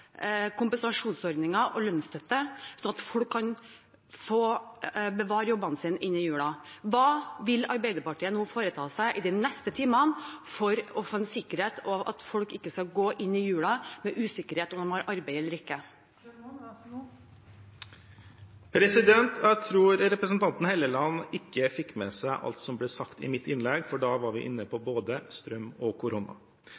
og lønnsstøtte sånn at folk kan få bevare jobbene sine inn i julen. Hva vil Arbeiderpartiet foreta seg de neste timene for å få en sikkerhet og for at folk ikke skal gå inn i jula med usikkerhet om man har arbeid eller ikke? Jeg tror ikke representanten Helleland fikk med seg alt som ble sagt i mitt innlegg, for da var vi inne på